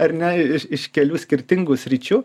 ar ne iš kelių skirtingų sričių